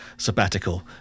sabbatical